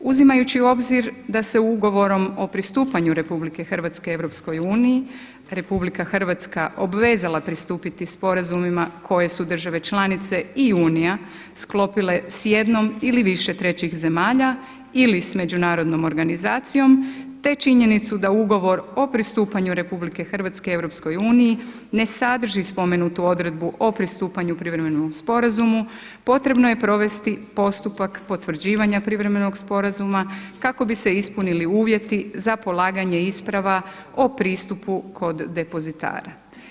Uzimajući u obzir da se ugovorom o pristupanju RH EU RH obvezala pristupiti sporazumima koje su države članice i Unija sklopile s jednom ili više trećih zemalja ili s međunarodnom organizacijom te činjenicu da ugovor o pristupanju RH EU ne sadrži spomenutu odredbu o pristupanju privremenom sporazumu potrebno je provesti postupak potvrđivanja privremenog sporazuma kako bi se ispunili uvjeti za polaganja isprava o pristupu kod depozitara.